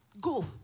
go